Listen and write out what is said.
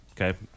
okay